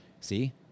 see